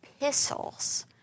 epistles